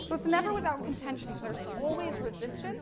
so it's never without contention, there's always resistance